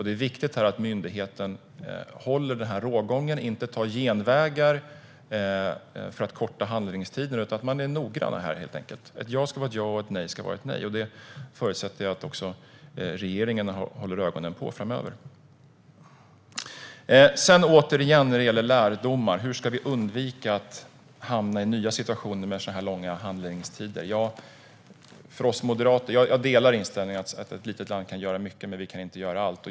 Det är viktigt att myndigheten har den här rågången och inte tar genvägar för att korta handläggningstiderna. Det handlar helt enkelt om att man är noggrann. Ett ja ska vara ett ja, och ett nej ska vara ett nej. Det förutsätter jag att regeringen håller ögonen på framöver. Sedan gäller det lärdomar. Hur ska vi undvika att hamna i nya situationer med så här långa handläggningstider? Jag delar inställningen att ett litet land kan göra mycket men inte allt.